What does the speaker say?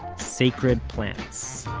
sacred plants.